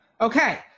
Okay